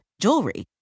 jewelry